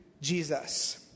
Jesus